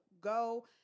go